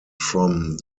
from